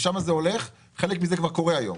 לשם זה הולך, וחלק מזה כבר קורה היום.